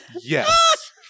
yes